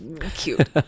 cute